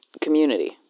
community